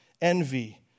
envy